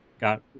got